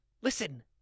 Listen